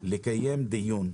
לקיים דיון,